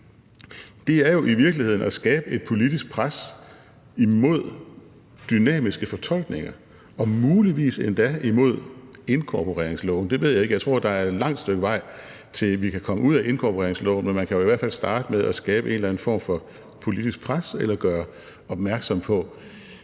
er jo i virkeligheden at skabe et politisk pres imod dynamiske fortolkninger og muligvis endda imod inkorporeringsloven. Det ved jeg ikke. Jeg tror, at der er et langt stykke vej, til at vi kan komme ud af inkorporeringsloven, men man kan i hvert fald starte med at skabe en eller anden form for politisk pres eller gøre opmærksom på,